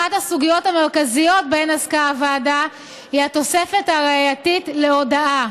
אחת הסוגיות המרכזיות שבהן עסקה הוועדה היא התוספת הראייתית להודאה.